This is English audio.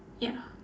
ya